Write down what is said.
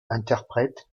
interprète